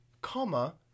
Comma